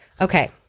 Okay